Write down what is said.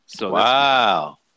Wow